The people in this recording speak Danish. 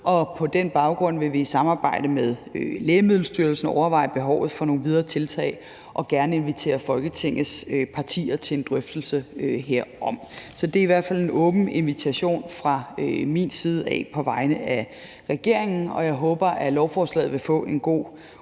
på den baggrund vil vi i samarbejde med Lægemiddelstyrelsen overveje behovet for nogle videre tiltag og gerne invitere Folketingets partier til en drøftelse herom. Så det er i hvert fald en åben invitation fra min side på vegne af regeringen. Jeg håber, at lovforslaget vil få en god udvalgsbehandling.